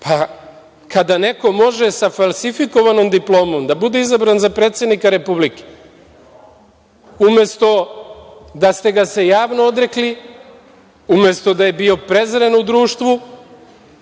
Pa kada neko može sa falsifikovanom diplomom da bude izabran za predsednika Republike, umesto da ste ga se javno odrekli, umesto da je prezren u društvu,